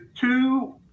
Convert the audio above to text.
two